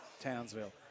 Townsville